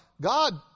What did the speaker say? God